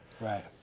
Right